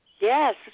Yes